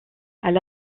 elle